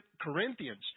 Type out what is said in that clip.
Corinthians